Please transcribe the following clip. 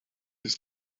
his